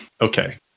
Okay